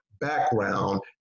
Background